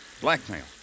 Blackmail